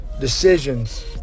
decisions